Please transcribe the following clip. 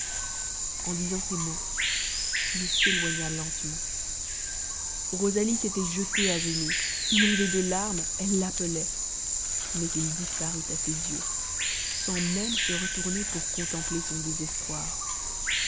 en disant ces mots il s'éloigna lentement rosalie s'était jetée à genoux inondée de larmes elle l'appelait mais il disparut à ses yeux sans même se retourner pour contempler son désespoir